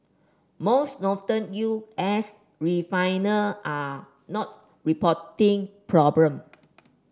most northern U S refiner are not reporting problem